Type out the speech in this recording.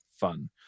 fun